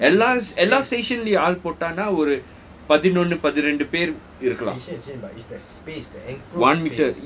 seven to eight at last at last station எல்லா:ella station லயும் ஆள் போட்டனா ஒரு பதினொன்னு பதின்ரெண்டு பேரு இருக்கலாம்:layum aal poattanna oru pathinonnu pathinrendu pearu irukkalaam